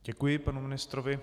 Děkuji panu ministrovi.